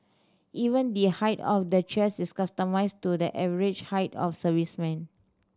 even the height of the chairs is customised to the average height of servicemen